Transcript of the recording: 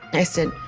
i said,